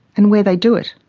and where they do it,